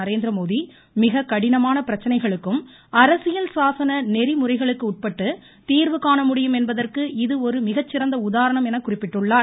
நரேந்திரமோடி மிகக் கடினமாக பிரச்சனைகளுக்கும் அரசியல் சாசன நெறிமுறைகளுக்கு உட்பட்டு தீர்வு காண முடியும் என்பதற்கு இது ஒரு மிகச்சிறந்த உதாரணம் என குறிப்பிட்டுள்ளார்